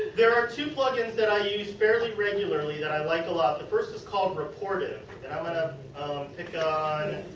there are two plug-ins that i use fairly regularly that i like a lot. the first is called rapportive and i am going to pick on